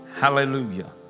Hallelujah